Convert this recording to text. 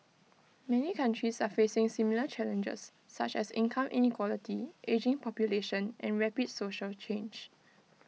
many countries are facing similar challenges such as income inequality ageing population and rapid social change